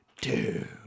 two